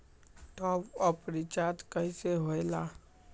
Top up recharge कइसे होएला?